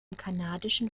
kanadischen